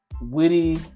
Witty